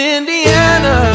Indiana